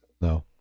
no